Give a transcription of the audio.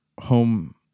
home